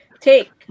take